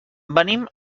venim